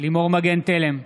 לימור מגן תלם,